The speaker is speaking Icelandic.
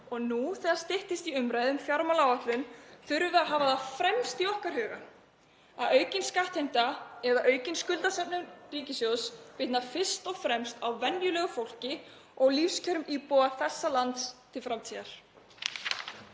og nú þegar styttist í umræðu um fjármálaáætlun þurfum við að hafa það efst í huga að aukin skattheimta eða aukin skuldasöfnun ríkissjóðs bitnar fyrst og fremst á venjulegu fólki og lífskjörum íbúa þessa lands til framtíðar.